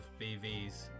BVs